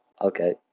Okay